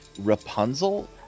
Rapunzel